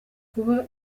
kuba